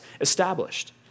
established